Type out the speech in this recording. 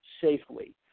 safely